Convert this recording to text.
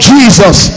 Jesus